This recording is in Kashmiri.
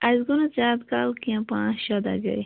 اسہِ گوٚو نہٕ زیادٕ کال کیٚنٛہہ پانٛژ شیٚے دۄہ گٔے